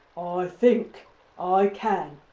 i think i can.